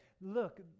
look